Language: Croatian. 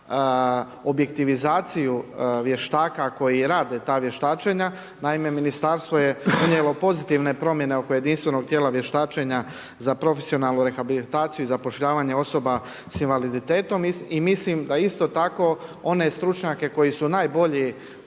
objektivizaciju vještaka koji rade ta vještačenja. Naime ministarstvo je donijelo pozitivne promjene oko jedinstvenog tijela vještačenja za profesionalnu rehabilitaciju i zapošljavanje osoba sa invaliditetom. I mislim da isto tako one stručnjake koji su najbolji